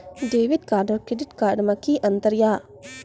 Debit card और credit card मे कि अंतर या?